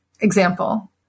example